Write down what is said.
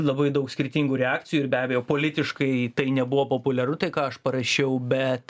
labai daug skirtingų reakcijų ir be abejo politiškai tai nebuvo populiaru tai ką aš parašiau bet